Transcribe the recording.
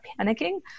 panicking